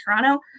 Toronto